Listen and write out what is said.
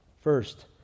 First